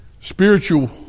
Spiritual